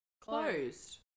Closed